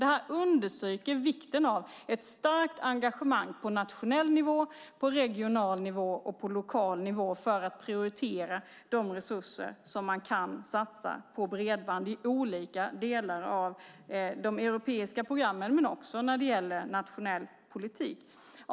Detta understryker vikten av ett starkt engagemang på nationell nivå, på regional nivå och på lokal nivå för att prioritera de resurser som man kan satsa på bredband i olika delar av de europeiska programmen men också när det gäller nationell politik.